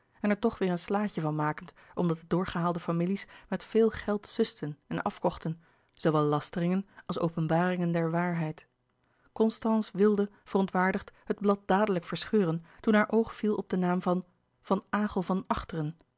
en er toch weêr een slaadje van makend omdat de doorgehaalde families met veel geld susten en afkochten zoowel lasteringen als openbaringen der waarheid constance wilde verontwaardigd het blad dadelijk verscheuren toen haar oog viel op den naam van van aghel van achteren